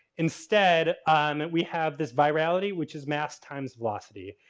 instead um we have this virality which is mass times velocity.